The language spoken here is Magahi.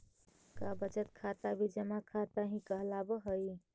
का बचत खाता भी जमा खाता ही कहलावऽ हइ?